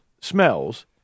smells